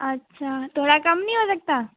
अच्छा थोड़ा कम नहीं हो सकता